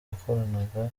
yakoranaga